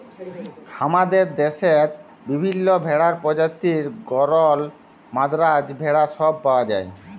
হামাদের দশেত বিভিল্য ভেড়ার প্রজাতি গরল, মাদ্রাজ ভেড়া সব পাওয়া যায়